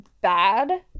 bad